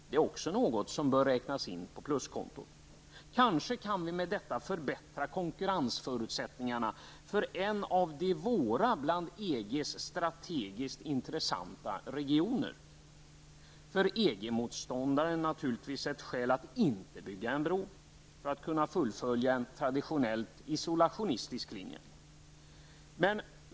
Det är också något som bör räknas in på pluskontot. Vi kan kanske med detta förbättra konkurrensförutsättningarna för en av våra bland motståndarna är detta naturligtvis ett skäl att inte bygga en bro, för att därigenom kunna fullfölja en traditionell isolationistisk linje.